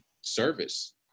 service